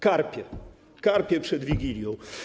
Karpie, karpie przed Wigilią.